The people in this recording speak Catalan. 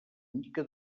mica